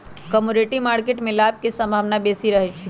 commodity market में लाभ के संभावना बेशी रहइ छै